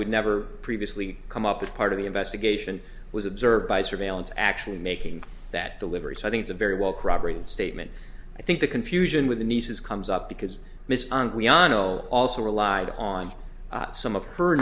would never previously come up with part of the investigation was observed by surveillance actually making that delivery so i think it's a very well corroborated statement i think the confusion with the nieces comes up because mrs andriano also relied on some of her